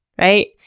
right